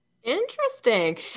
Interesting